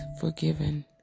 forgiven